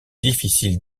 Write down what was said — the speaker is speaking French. difficile